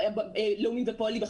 לאומי ופועלים,